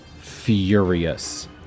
furious